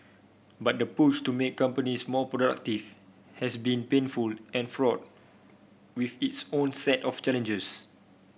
but the push to make companies more productive has been painful and fraught with its own set of challenges